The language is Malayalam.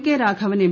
K Raghavan M